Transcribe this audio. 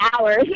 hours